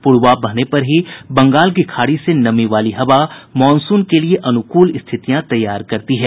पूर्वा बहने पर ही बंगाल की खाड़ी से नमी वाली हवा मॉनसून के लिए अनुकूल स्थितियां तैयार करती है